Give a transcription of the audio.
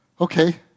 okay